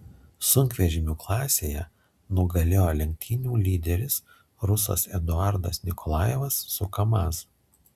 sunkvežimių klasėje nugalėjo lenktynių lyderis rusas eduardas nikolajevas su kamaz